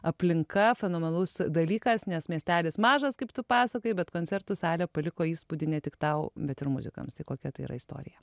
aplinka fenomenalus dalykas nes miestelis mažas kaip tu pasakojai bet koncertų salę paliko įspūdį ne tik tau bet ir muzikams tai kokia tai yra istorija